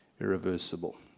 irreversible